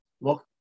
look